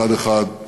מצד אחד,